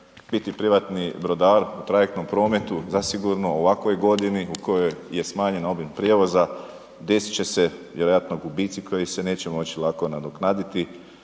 biti privatni brodar u trajektnom prometu zasigurno u ovakvoj godini u kojoj je smanjen obim prijevoza, desit će se vjerojatno gubici koji se neće moći lako nadoknaditi,